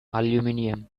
aluminium